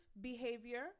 behavior